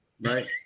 Right